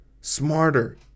smarter